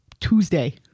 Tuesday